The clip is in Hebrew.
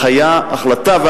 ההחלטה,